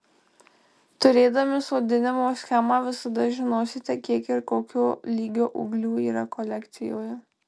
turėdami sodinimo schemą visada žinosite kiek ir kokio lygio ūglių yra kolekcijoje